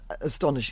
astonishing